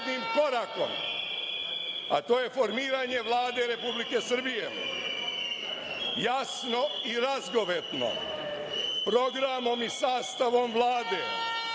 a to je formiranje Vlade Republike Srbije, jasno i razgovetno, programom i sastavom Vlade,